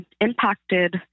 impacted